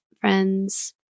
friends